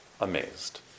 amazed